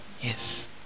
Yes